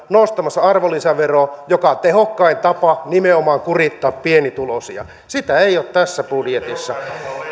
nostamassa arvonlisäveroa mikä on tehokkain tapa nimenomaan kurittaa pienituloisia sitä ei ole tässä budjetissa